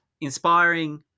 inspiring